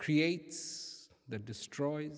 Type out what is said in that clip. creates the destroy